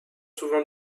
souvent